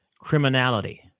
criminality